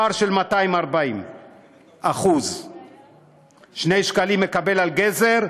פער של 240%; 2 שקלים מקבל על גזר,